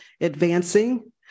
advancing